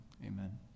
Amen